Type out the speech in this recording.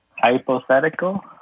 Hypothetical